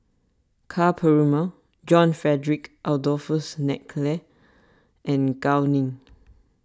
Ka Perumal John Frederick Adolphus McNair and Gao Ning